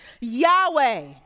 Yahweh